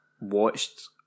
watched